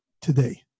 Today